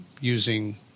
using